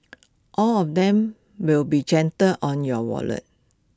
all of them will be gentle on your wallet